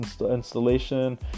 installation